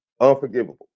unforgivable